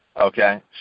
okay